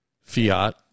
fiat